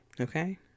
okay